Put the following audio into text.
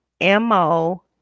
Mo